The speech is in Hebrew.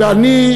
ואני,